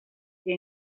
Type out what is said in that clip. the